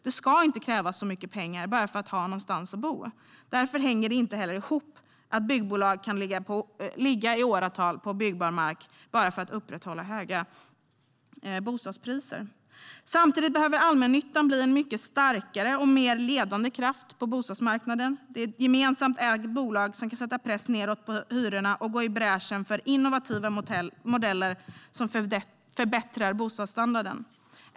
Det ska inte krävas så mycket pengar bara för att man ska ha någonstans att bo. Därför hänger det inte heller ihop att byggbolag kan ligga i åratal på byggbar mark bara för att upprätthålla höga bostadspriser. Samtidigt behöver allmännyttan bli en mycket starkare och mer ledande kraft på bostadsmarknaden. Det är gemensamt ägda bolag som kan sätta press nedåt på hyrorna och gå i bräschen för innovativa modeller som förbättrar bostadsstandarden.